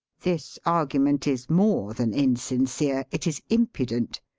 this argument is more than insincere it is impudent.